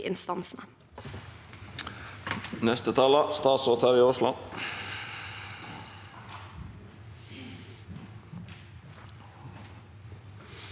instansene.